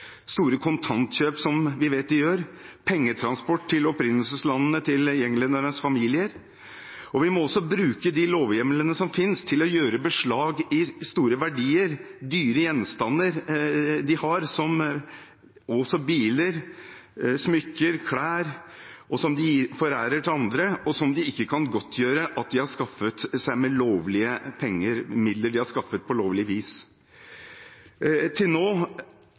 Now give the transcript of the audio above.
store kontantkjøp som vi vet de gjør, og pengetransport til opprinnelseslandene til gjengledernes familier. Vi må også bruke de lovhjemlene som finnes, til å gjøre beslag i store verdier og dyre gjenstander de har – som biler, smykker og klær – som de forærer til andre, og som de ikke kan godtgjøre at de har skaffet seg med midler de har skaffet på lovlig vis. Til nå